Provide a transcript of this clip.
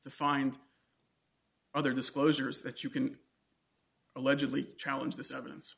to find other disclosures that you can allegedly challenge this evidence